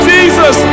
Jesus